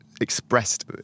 expressed